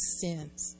sins